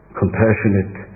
compassionate